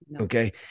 Okay